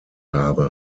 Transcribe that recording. habe